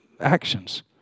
actions